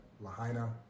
Lahaina